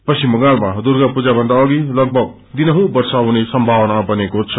पश्चिम बंगालमा दुर्गा पूजाभन्दा अधि लगभग दिनहुँ वर्षा हुने सम्भावना बनेको छ